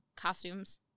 costumes